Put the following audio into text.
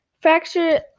fracture